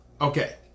Okay